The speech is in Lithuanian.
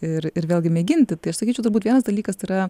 ir ir vėlgi mėginti tai aš sakyčiau turbūt vienas dalykas tai yra